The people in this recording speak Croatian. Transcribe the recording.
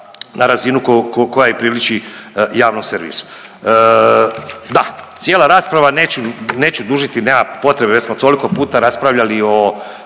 na razinu koja i priliči javnom servisu. Da, cijela rasprava neću, neću dužiti nema potrebe već smo toliko puta raspravljali o,